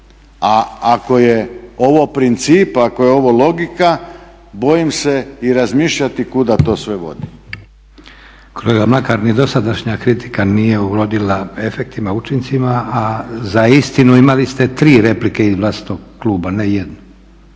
A ako je ovo princip, ako je ovo logika bojim se i razmišljati kuda to sve vodi. **Leko, Josip (SDP)** Kolega Mlakar ni dosadašnja kritika nije urodila efektima, učincima, a za istinu imali ste tri replike iz vlastitog kluba, ne jednu.